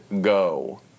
go